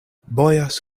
bojas